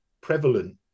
prevalent